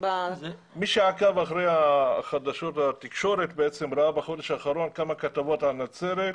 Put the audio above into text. מי שעקב אחרי החדשות והתקשורת ראה בחודש האחרון כמה כתבות על נצרת,